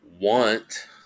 want